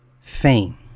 fame